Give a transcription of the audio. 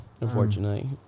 unfortunately